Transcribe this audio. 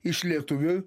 iš lietuvių